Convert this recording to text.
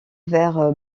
vers